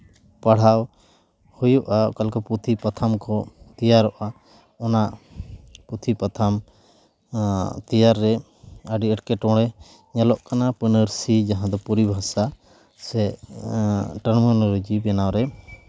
ᱯᱟᱲᱦᱟᱣ ᱦᱩᱭᱩᱜᱼᱟ ᱚᱠᱟ ᱞᱮᱠᱟ ᱯᱩᱛᱷᱤ ᱯᱟᱛᱷᱟᱢ ᱠᱚ ᱛᱮᱭᱟᱨᱚᱜᱼᱟ ᱚᱱᱟ ᱯᱩᱛᱤ ᱯᱟᱛᱷᱟᱢ ᱱᱚᱣᱟ ᱛᱮᱭᱟᱨ ᱨᱮ ᱟᱹᱰᱤ ᱮᱸᱴᱠᱮᱴᱚᱬᱮ ᱧᱮᱞᱚᱜ ᱠᱟᱱᱟ ᱯᱟᱹᱱᱟᱹᱨᱥᱤ ᱡᱟᱦᱟᱸ ᱫᱚ ᱯᱚᱨᱤᱵᱷᱟᱥᱟ ᱥᱮ ᱴᱟᱨᱢᱳᱞᱚᱡᱤ ᱵᱮᱱᱟᱣᱨᱮ